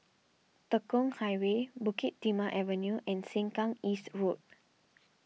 Tekong Highway Bukit Timah Avenue and Sengkang East Road